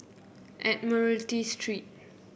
Admiralty Street